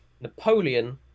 Napoleon